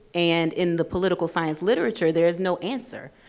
and, in the political science literature, there is no answer.